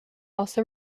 also